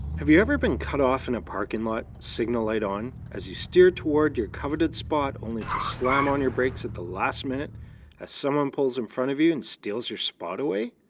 have you ever been cut off in a parking lot, signal light on as you steer toward your coveted spot, only to slam on your brakes at the last minute as someone pulls in front of you and steals your spot away?